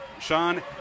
Sean